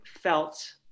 felt